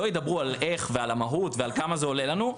ידברו על איך ועל המהות ועל כמה זה עולה לנו,